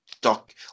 doc